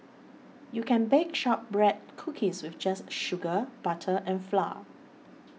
you can bake Shortbread Cookies with just sugar butter and flour